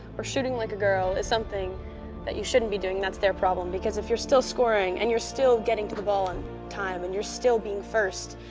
or shooting like a girl. is something that you shouldn't be doing, that's their problem. because if you're still scoring, and you're still getting to the ball in time, and you're still being first